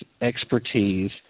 expertise